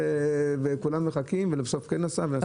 רים שיש לו עבירה - יכולת העמידה שלו משתנה כאן ואיך אפשר יהיה אולי